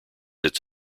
its